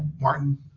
Martin